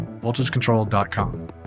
voltagecontrol.com